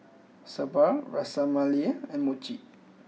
Sambar Ras Malai and Mochi